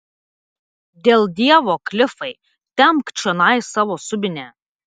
dėl dievo klifai tempk čionai savo subinę